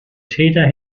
täter